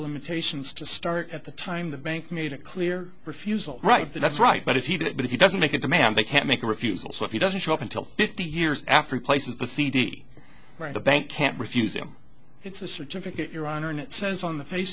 limitations to start at the time the bank made a clear refusal right that's right but if he did it but he doesn't make a demand they can't make a refusal so if he doesn't show up until fifty years after he places the cd right the bank can't refuse him it's a certificate your honor and it says on the face